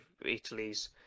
Italy's